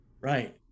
right